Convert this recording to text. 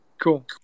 Cool